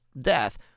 death